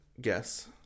Guess